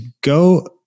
go